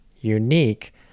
unique